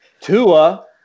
Tua